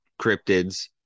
cryptids